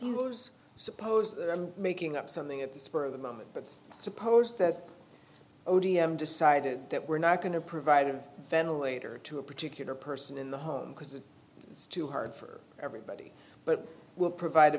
suppose suppose that i'm making up something at the spur of the moment but suppose that o d m decided that we're not going to provide a ventilator to a particular person in the home because it is too hard for everybody but will provide a